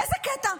איזה קטע,